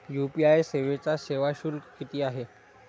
UPI सेवेचा सेवा शुल्क किती आहे?